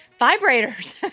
vibrators